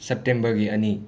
ꯁꯦꯞꯇꯦꯝꯕꯔꯒꯤ ꯑꯅꯤ